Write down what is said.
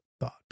thought